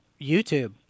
YouTube